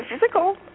physical